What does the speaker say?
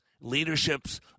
Leadership's